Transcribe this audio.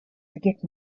forget